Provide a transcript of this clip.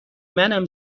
منم